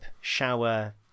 shower